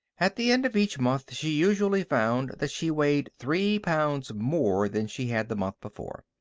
at the end of each month she usually found that she weighed three pounds more than she had the month before.